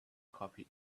copy